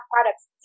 products